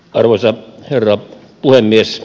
arvoisa herra puhemies